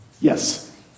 Yes